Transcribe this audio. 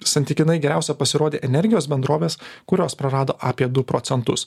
santykinai geriausiai pasirodė energijos bendrovės kurios prarado apie du procentus